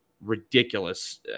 ridiculous